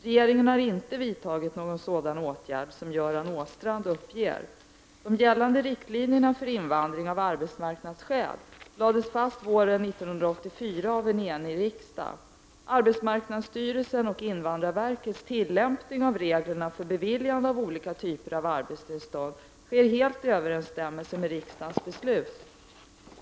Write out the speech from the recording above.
Regeringen har inte vidtagit någon sådan åtgärd som Göran Åstrand uppger. våren 1984 av en enig riksdag . Arbetsmarknadsstyrelsens och invandrarverkets tilllämpning av reglerna för beviljande av olika typer av arbetstillstånd sker helt i överensstämmelse med riksdagens beslut.